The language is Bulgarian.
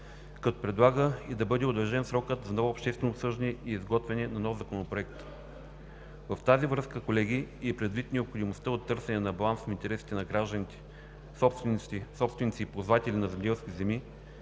като предлага да бъде удължен срокът за ново обществено обсъждане и изготвяне на нов законопроект. В тази връзка, колеги, и предвид необходимостта от търсене на баланс на интересите на гражданите – собственици и ползватели на земеделски земи,